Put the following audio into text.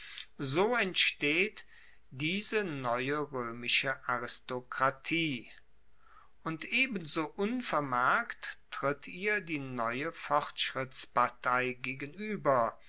so entsteht diese neue roemische aristokratie und ebenso unvermerkt tritt ihr die neue fortschrittspartei gegenueber